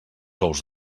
ous